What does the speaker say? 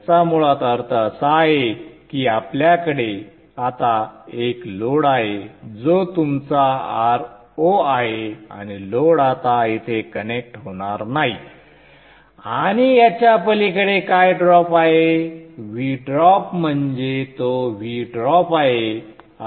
याचा मुळात अर्थ असा आहे की आपल्याकडे आता एक लोड आहे जो तुमचा Ro आहे आणि लोड आता येथे कनेक्ट होणार नाही आणि याच्या पलीकडे काय ड्रॉप आहे V ड्रॉप म्हणजे तो V ड्रॉप आहे